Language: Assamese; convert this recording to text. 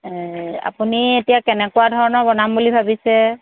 আপুনি এতিয়া কেনেকুৱা ধৰণৰ বনাম বুলি ভাবিছে